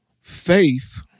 Faith